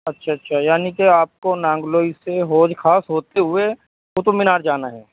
اچھا اچھا یعنی کہ آپ کو ناگلوئی سے حوض خاص ہوتے ہوئے قطب مینار جانا ہے